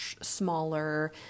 smaller